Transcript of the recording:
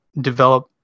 develop